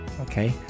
okay